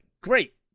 great